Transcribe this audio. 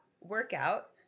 workout